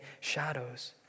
shadows